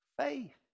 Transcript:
faith